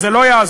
וזה לא יעזור.